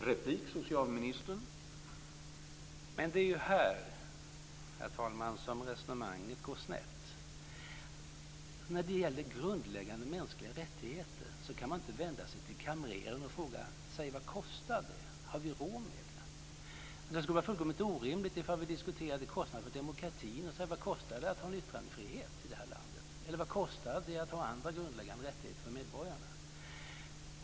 Herr talman! Det är ju här som resonemanget går snett. När det gäller grundläggande mänskliga rättigheter kan man inte vända sig till kamrerer och fråga vad det kostar och om man har råd med det. Det skulle vara fullkomligt orimligt ifall vi skulle diskutera kostnader för demokratin och undra vad det kostar att ha en yttrandefrihet i det här landet eller vad det kostar att ha andra grundläggande rättigheter för medborgarna.